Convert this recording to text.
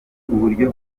uburyo